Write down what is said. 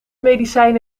medicijn